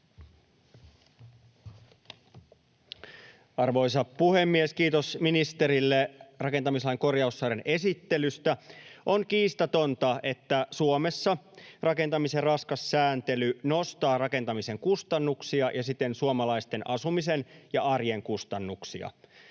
Arvoisa puhemies! Kiitos ministerille rakentamislain korjaussarjan esittelystä. — On kiistatonta, että Suomessa rakentamisen raskas sääntely nostaa rakentamisen kustannuksia ja siten suomalaisten asumisen ja arjen kustannuksia.